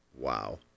Wow